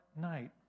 night